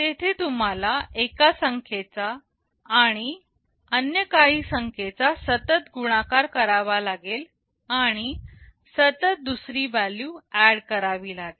तेथे तुम्हाला एका संख्येचा आणि काही अन्य संख्येचा सतत गुणाकार करावा लागेल आणि सतत दुसरी व्हॅल्यू ऍड करावी लागेल